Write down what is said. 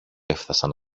έφθασαν